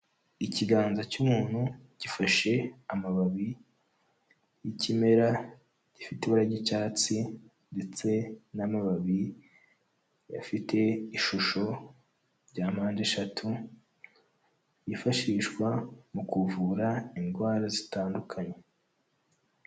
Ikiganza cy'umuntu, gifashe amababi y'ikimera gifite ibara ry'icyatsi, ndetse n'amababi afite ishusho rya mpande eshatu, yifashishwa mu kuvura indwara zitandukanye.